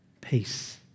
peace